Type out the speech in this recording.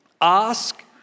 Ask